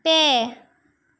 ᱯᱮ